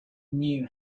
knew